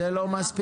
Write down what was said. זה לא מספיק.